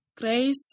grace